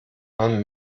man